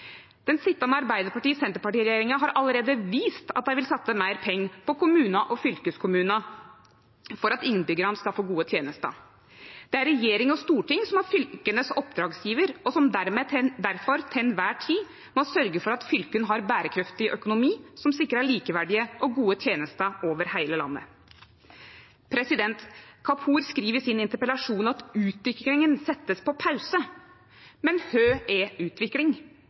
Den sitjande Arbeidarparti–Senterparti-regjeringa har allereie vist at dei vil satse meir pengar på kommunar og fylkeskommunar, for at innbyggjarane skal få gode tenester. Det er regjering og storting som er oppdragsgjevar for fylka, og som derfor til kvar tid må sørgje for at fylka har berekraftig økonomi som sikrar likeverdige og gode tenester over heile landet. Kapur skriv i interpellasjonen sin at «utviklingen settes på pause». Men kva er utvikling?